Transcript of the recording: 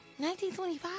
1925